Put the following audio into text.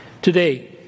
Today